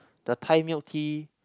the Thai milk tea